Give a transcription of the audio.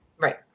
Right